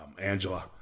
Angela